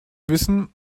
wissen